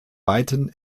weiten